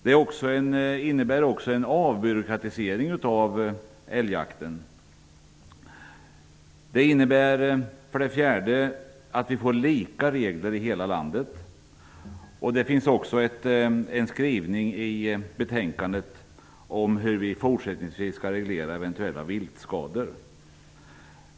Det innebär en avbyråkratisering av älgjakten. Det innebär att vi får samma regler i hela landet. Det finns också en skrivning i betänkandet om hur vi i fortsättningen skall reglera eventuella viltskador.